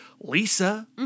Lisa